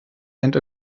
and